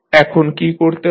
এখন কী করতে হবে